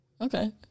Okay